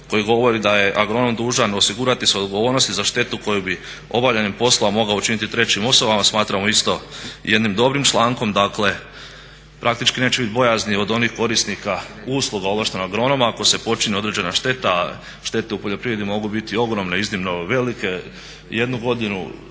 30.koji govori da je agronom dužan osigurati se odgovornosti za štetu koju bi obavljanjem poslova mogao učiniti trećim osobama smatramo isto jednim dobrim člankom. Dakle, praktički neće biti bojazni od onih korisnika usluga ovlaštenog agronoma ako se počini određena šteta, a štete u poljoprivredi mogu biti ogromne i iznimno velike. Jednu godinu